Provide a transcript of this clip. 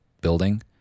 building